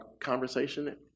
conversation